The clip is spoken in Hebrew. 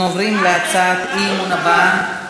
אנחנו עוברים להצעת האי-אמון הבאה: